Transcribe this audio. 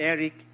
Eric